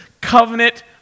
covenant